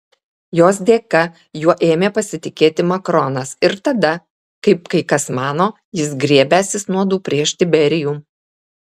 jos dėka juo ėmė pasitikėti makronas ir tada kaip kai kas mano jis griebęsis nuodų prieš tiberijų